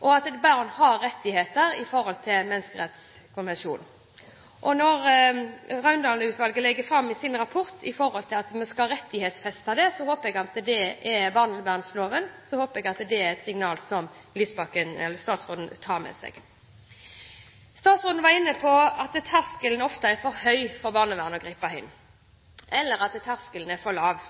at det er bedre å ha «rettigheter» i forhold til menneskerettskonvensjonen? Når Raundalen-utvalget legger fram i sin rapport at vi skal rettighetsfeste dette i barnevernloven, håper jeg det er et signal som statsråd Lysbakken tar med seg. Statsråden var inne på at terskelen for at barnevernet griper inn, ofte er for høy, eller at terskelen er for lav.